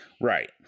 Right